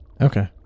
Okay